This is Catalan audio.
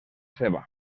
ceba